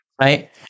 right